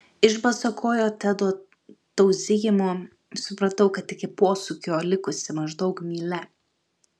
iš basakojo tedo tauzijimo supratau kad iki posūkio likusi maždaug mylia